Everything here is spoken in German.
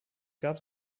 begab